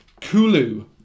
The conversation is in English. Kulu